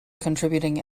contributing